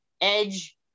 Edge